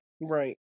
right